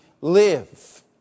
live